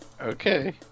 Okay